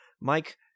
Mike